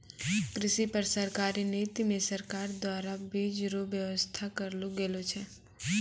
कृषि पर सरकारी नीति मे सरकार द्वारा बीज रो वेवस्था करलो गेलो छै